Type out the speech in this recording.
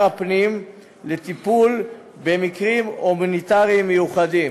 הפנים לטיפול במקרים הומניטריים מיוחדים.